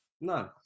No